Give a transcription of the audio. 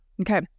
Okay